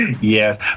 yes